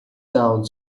sound